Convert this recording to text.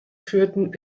führten